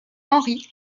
henri